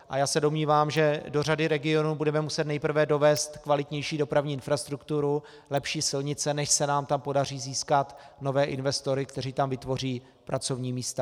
A já se domnívám, že do řady regionů budeme muset nejprve dovést kvalitnější dopravní infrastrukturu, lepší silnice, než se nám tam podaří získat nové investory, kteří tam vytvoří pracovní místa.